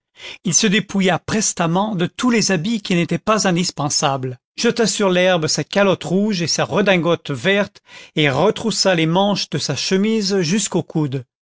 il se dépouilla prestement de tous les habits qui n'étaient pas indispensables jeta sur l'herbe sa calotte rouge et sa redingote verte et retroussa les manches de sa chemise jusqu'au coude